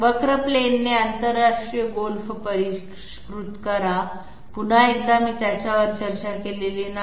वक्र प्लेनने आंतरराष्ट्रीय गोल्फ परिष्कृत करा पुन्हा एकदा मी त्यावर चर्चा केलेली नाही